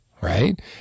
right